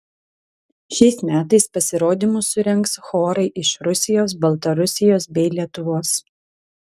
šiais metais pasirodymus surengs chorai iš rusijos baltarusijos bei lietuvos